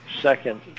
second